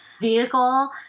vehicle